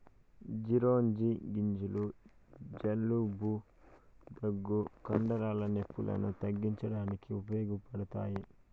చిరోంజి గింజలు జలుబు, దగ్గు, కండరాల నొప్పులను తగ్గించడానికి ఉపయోగపడతాయి